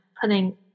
putting